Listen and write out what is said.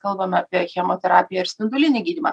kalbame apie chemoterapiją ir spindulinį gydymą